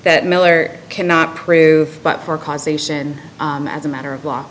that miller cannot prove but for causation as a matter of law